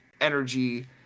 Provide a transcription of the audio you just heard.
energy